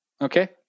Okay